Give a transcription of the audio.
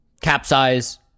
capsize